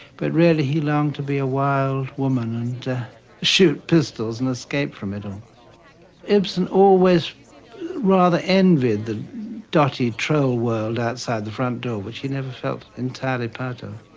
but really, he longed to be a wild woman and shoot pistols and escape from it um ibsen always rather envied the dirty troll world outside the front door, which he never felt entirely part of.